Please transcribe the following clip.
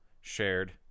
shared